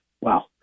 Wow